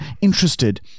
interested